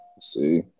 See